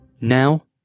Now